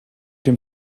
dem